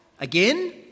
again